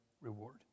reward